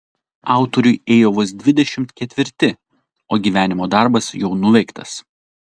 autoriui ėjo vos dvidešimt ketvirti o gyvenimo darbas jau nuveiktas